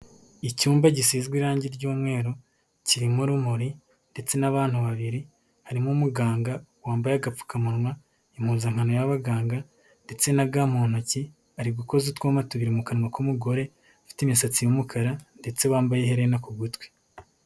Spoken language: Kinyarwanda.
Icyumba gisizwe irangi ry'umweru kirimo urumuri ndetse n'abantu babiri, harimo umuganga wambaye agapfukamunwa, impuzankano y'abaganga ndetse na ga mu ntoki, ari gukoza utwuma tubiri mu kanwa k'umugore ufite imisatsi y'umukara ndetse bambaye iherene ku gutwi.